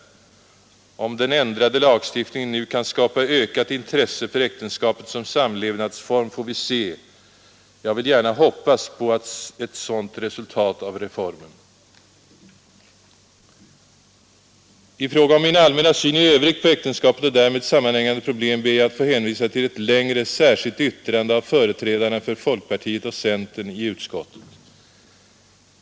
Om den ändrade RSA Haket lagstiftningen nu kan skapa ökat intresse för äktenskapet som samlevnadsform får vi se. Jag vill gärna hoppas på ett sådant resultat av reformen. I fråga om min allmänna syn i övrigt på äktenskapet och därmed sammanhängande problem ber jag att få hänvisa till ett längre, särskilt yttrande av företrädarna för folkpartiet och centern i utskottet.